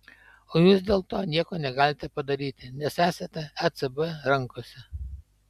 o jūs dėl to nieko negalite padaryti nes esate ecb rankose